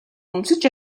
өмсөж